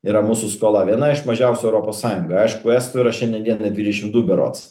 yra mūsų skola viena iš mažiausių europos sąjungoj aišku estų yra šiandien dienai yra dvidešim du berods